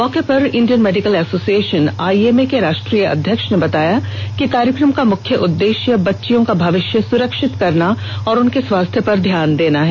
मौके पर Indian Medical Association I M A के राष्ट्रीय अध्यक्ष ने बताया कि कार्यक्रम का मुख्य उद्देश्य बच्चियों का भविष्य सुरक्षित करना और उनके स्वास्थ्य पर ध्यान देना है